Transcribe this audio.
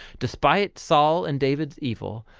despite saul and david's evil,